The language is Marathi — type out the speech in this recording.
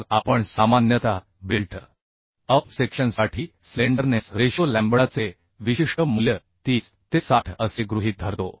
मग आपण सामान्यतः बिल्टअप सेक्शनसाठी स्लेंडरनेस रेशो लॅम्बडाचे विशिष्ट मूल्य 30 ते 60 असे गृहीत धरतो